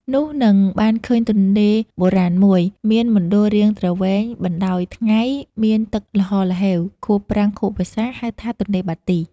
នោះនឹងបានឃើញទនេ្លបុរាណមួយ មានមណ្ឌលរាងទ្រវែងបណ្តោយថៃ្ង មានទឹកល្ហហ្ហេវ ខួបប្រាំងខួបវស្សា ហៅថា ទនេ្លបាទី។